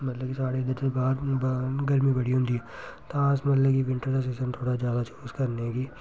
मतलब कि साढ़े इत्थुं बाह्र गर्मी बड़ी होंदी तां अस मतलब कि विंटर दा सीजन थोह्ड़ा ज्यादा चूज़ करने कि